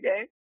Okay